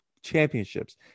championships